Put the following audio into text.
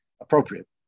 appropriate